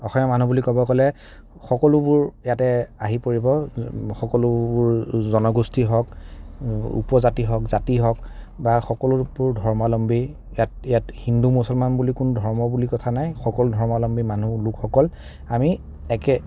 অসমীয়া মানুহ বুলি ক'ব গ'লে সকলোবোৰ ইয়াতে আহি পৰিব সকলোবোৰ জনগোষ্ঠী হওক উপজাতি হওক জাতি হওক বা সকলোবোৰ ধৰ্মাৱলম্বী ইয়াত ইয়াত হিন্দু মুছলমান বুলি কোনো ধৰ্ম বুলি কথা নাই সকলো ধৰ্মাৱলম্বী মানুহ লোকসকল আমি একে